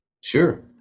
Sure